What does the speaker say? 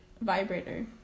Vibrator